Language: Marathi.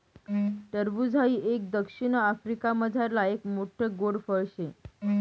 टरबूज हाई एक दक्षिण आफ्रिकामझारलं एक मोठ्ठ गोड फळ शे